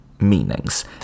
meanings